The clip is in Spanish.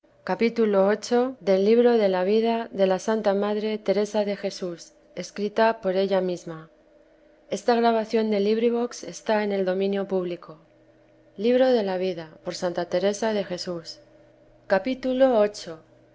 i vida de ía santa madre teresa de jesús escrita por ella misma